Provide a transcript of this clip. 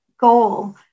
goal